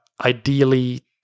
ideally